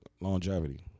longevity